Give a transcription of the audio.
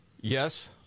Yes